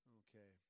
okay